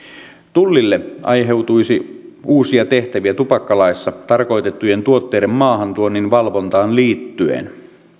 tullille aiheutuisi uusia tehtäviä tupakkalaissa tarkoitettujen tuotteiden maahantuonnin valvontaan liittyen